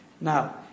Now